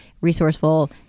resourceful